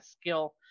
skill